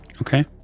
Okay